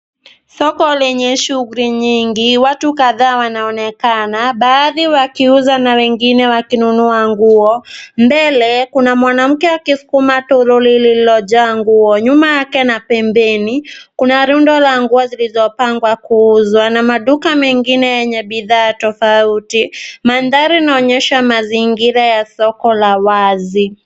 Soko lenye shughuli nyingi. Watu kadhaa wanaonekana baadhi wakiuza na wengine wakinunua nguo. Mbele kuna mwanamke akisukuma toroli lililojaa nguo. Nyuma yake na pembeni kuna rundo la nguo zilizopangwa kuuzwa na maduka mengine yenye bidhaa tofauti. Mandhari inaonyesha mazingira ya soko la wazi.